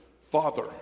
father